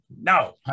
no